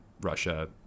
Russia